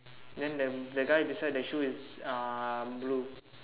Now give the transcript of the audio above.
then then the guy beside the shoe is uh blue